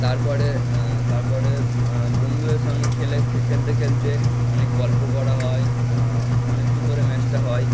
তারপরে তারপরে বন্ধুদের সঙ্গে খেলে খে খেলতে খলেতে অনেক গল্প করা হয় অনেকক্ষণ ধরে ম্যাচটা হয়